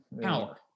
Power